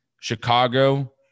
Chicago